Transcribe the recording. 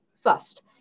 first